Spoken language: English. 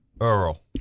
Earl